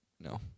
no